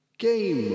Game